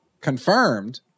confirmed